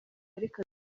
ariko